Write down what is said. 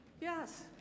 yes